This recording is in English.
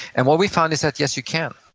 and what we found is that yes you can.